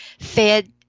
fed